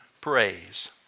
praise